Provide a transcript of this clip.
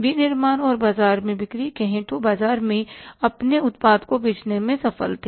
विनिर्माण और बाजार में बिक्री कहे तो बे बाजार में अपने उत्पाद को बेचने में सफल थे